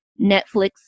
Netflix